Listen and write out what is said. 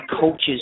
coaches